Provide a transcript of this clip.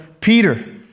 Peter